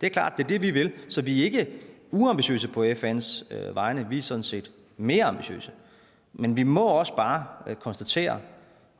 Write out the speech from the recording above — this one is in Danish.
Det er klart, at det er det, vi vil, så vi er ikke uambitiøse på FN's vegne, vi er sådan set mere ambitiøse, men vi må også bare konstatere,